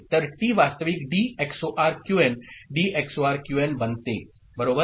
तर टी वास्तविक D XOR QN D XOR QN बनते बरोबर